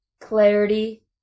clarity